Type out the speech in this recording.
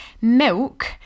Milk